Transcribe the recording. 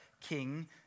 King